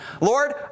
Lord